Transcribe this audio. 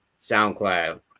SoundCloud